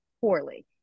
poorly